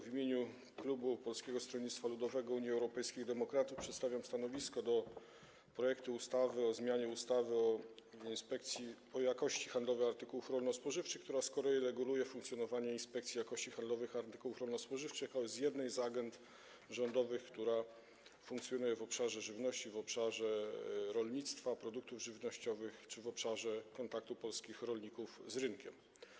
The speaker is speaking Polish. W imieniu klubu Polskiego Stronnictwa Ludowego - Unii Europejskich Demokratów przedstawiam stanowisko odnośnie do projektu ustawy o zmianie ustawy o jakości handlowej artykułów rolno-spożywczych, która z kolei reguluje funkcjonowanie Inspekcji Jakości Handlowej Artykułów Rolno-Spożywczych oraz jednej z agend rządowych, która funkcjonuje w obszarze żywności, w obszarze rolnictwa, produktów żywnościowych czy w obszarze kontaktu polskich rolników z rynkiem.